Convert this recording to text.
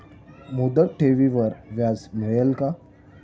मुदत ठेवीवर व्याज मिळेल का?